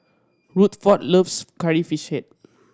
Rutherford loves Curry Fish Head